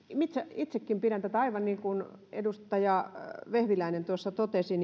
itsekin olen ollut aivan niin kuin edustaja vehviläinen tuossa totesi